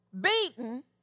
beaten